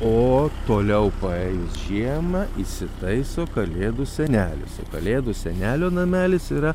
o toliau paėjus žiemą įsitaiso kalėdų senelis kalėdų senelio namelis yra